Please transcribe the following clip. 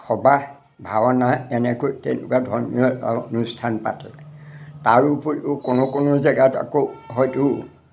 সবাহ ভাওনা এনেকৈ তেনেকুৱা ধৰ্মীয় অনুষ্ঠান পাতে তাৰ উপৰিও কোনো কোনো জেগাত আকৌ হয়টো